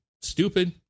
stupid